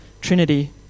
trinity